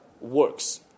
works